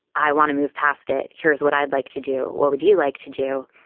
i want to move past it. here's what i'd like to do. what would you like to do?